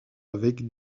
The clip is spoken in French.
avec